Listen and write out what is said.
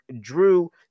Drew